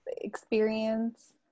experience